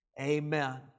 Amen